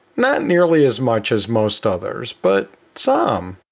not nearly as much as most others, but some